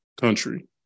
country